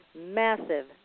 massive